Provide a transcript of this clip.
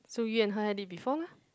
so you and her date before meh